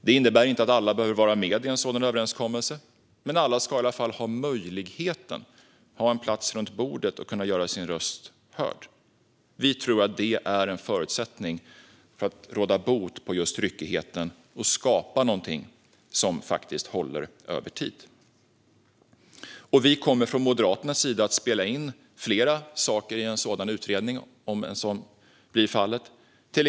Det innebär inte att alla behöver vara med i en sådan överenskommelse, men alla ska i varje fall ha möjligheten och ha en plats runt bordet så att man kan göra sin röst hörd. Det tror vi är en förutsättning för att råda bot på ryckigheten och skapa något som håller. Moderaterna kommer att spela in flera saker i en sådan utredning, om den kommer till stånd.